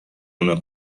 اونا